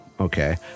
Okay